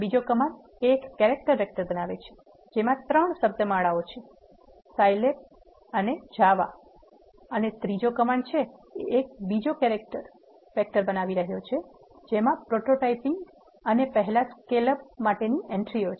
બીજો કમાન્ડ એક character vector બનાવે છે જેમાં 3 શબ્દમાળાઓ છે સાયલેબ અને જાવા અને ત્રીજો કમાન્ડ એક બીજો કેરેક્ટર વેક્ટર બનાવી રહ્યો છે જેમાં પ્રોટોટાઇપિંગ અને પહેલા સ્કેલ અપ માટેની એન્ટ્રીઓ છે